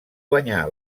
guanyà